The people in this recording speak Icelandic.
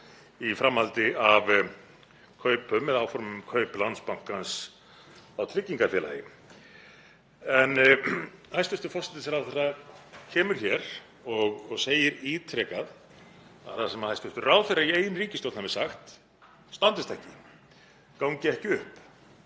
í framhaldi af kaupum eða áformum um kaup Landsbankans á tryggingafélagi. Hæstv. forsætisráðherra kemur hér og segir ítrekað að það sem hæstv. ráðherra í eigin ríkisstjórn hafi sagt standist ekki, gangi ekki upp.